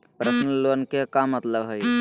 Personal loan के का मतलब हई?